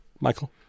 Michael